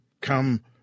come